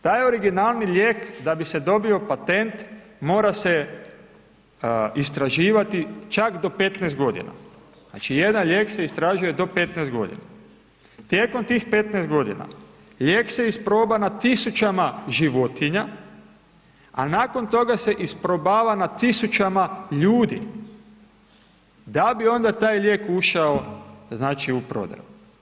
Taj originalni lijek da bi se dobio patent, mora se istraživati čak do 15.g., znači, jedan lijek se istražuje do 15.g., tijekom tih 15.g. lijek se isproba na tisućama životinja, a nakon toga se isprobava na tisućama ljudi da bi onda taj lijek ušao, znači, u prodaju.